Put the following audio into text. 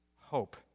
hope